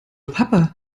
papa